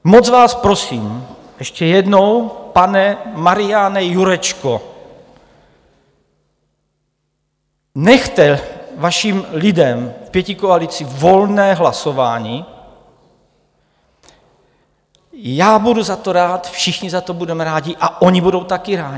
Moc vás prosím ještě jednou, pane Mariane Jurečko, nechte vašim lidem, pětikoalici, volné hlasování, já budu za to rád, všichni za to budeme rádi a oni budou také rádi.